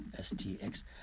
STX